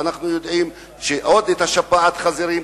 ועוד שפעת החזירים,